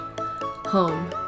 Home